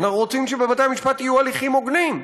אנחנו רוצים שבבתי-המשפט יהיו הליכים הוגנים.